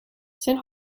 zijn